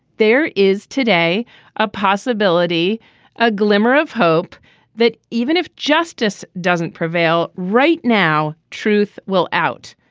there is today a possibility a glimmer of hope that even if justice doesn't prevail right now truth will out.